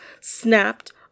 snapped